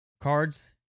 cards